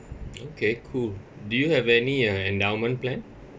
okay cool do you have any uh endowment plan